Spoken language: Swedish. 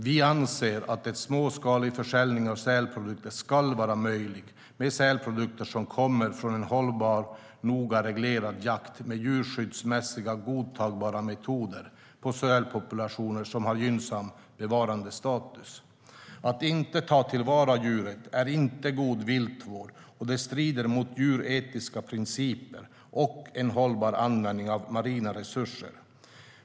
Vi anser att en småskalig försäljning av sälprodukter ska vara möjlig med sälprodukter som kommer från en hållbar noga reglerad jakt med djurskyddsmässigt godtagbara metoder på sälpopulationer som har gynnsam bevarandestatus. Att inte ta till vara djuret är inte god viltvård, och det strider mot djuretiska principer och en hållbar användning av marina resurser.